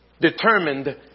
Determined